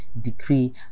decree